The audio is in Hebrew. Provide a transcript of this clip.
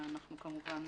שאנחנו כמובן